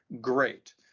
great